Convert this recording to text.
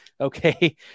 Okay